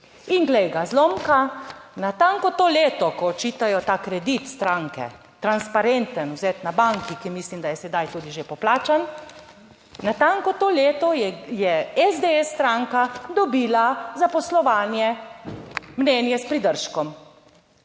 In glej ga zlomka, natanko to leto, ko očitajo ta kredit stranke transparenten, vzeti na banki, ki mislim, da je sedaj tudi že poplačan, natanko to leto je SDS stranka dobila za poslovanje mnenje s pridržkom.